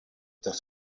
das